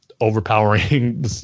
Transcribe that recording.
overpowering